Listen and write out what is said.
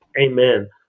Amen